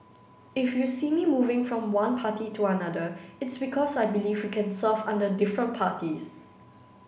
if you see me moving from one party to another it's because I believe we can serve under different parties